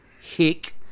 Hick